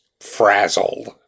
frazzled